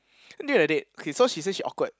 and during the date okay so she say she awkward